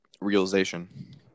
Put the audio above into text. realization